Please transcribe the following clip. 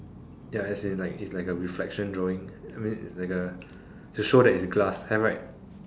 ya as in like is like a reflection drawing to show that it's glass have right